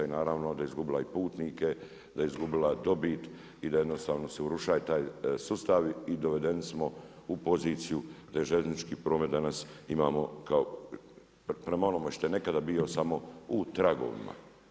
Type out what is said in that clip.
I naravno onda je izgubila i putnike, da je izgubila dobit i jednostavno se urušio taj sustav i dovedeni smo u poziciju da i željeznički promet danas imamo kao prema onome što je nekada bio samo u tragovima.